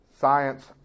science